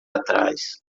atrás